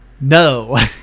No